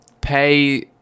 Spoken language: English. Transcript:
pay